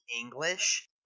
English